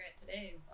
today